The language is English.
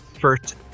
First